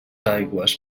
aigües